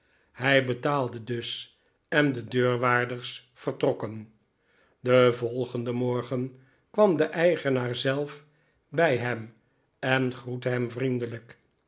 hij betaalde dus en de deurwaarders vertrokken den volgenden morgen kwam de eigenaar zelf bij hem en groette hem vriendelijk